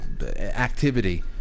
activity